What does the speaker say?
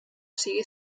sigui